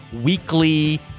weekly